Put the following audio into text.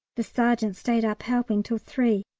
the sergeant stayed up helping till three,